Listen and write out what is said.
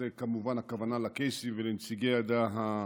כמובן הכוונה היא לקייסים ולנציגי העדה האתיופית.